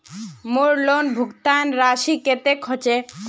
मोर लोन भुगतान राशि कतेक होचए?